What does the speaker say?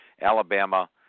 Alabama